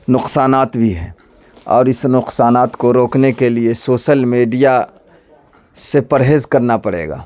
نقصانات بھی ہیں اور اس نقصانات کو روکنے کے لیے سوسل میڈیا سے پرہیز کرنا پڑے گا